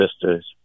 sisters